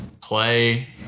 play